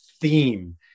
theme